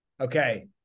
Okay